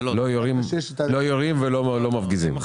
לא יורים ולא מפגיזים.